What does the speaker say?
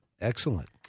Excellent